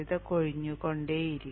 കൊഴിഞ്ഞുകൊണ്ടേയിരിക്കും